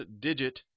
digit